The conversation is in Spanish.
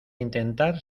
intentar